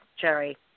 Cherry